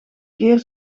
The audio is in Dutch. keer